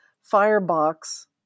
firebox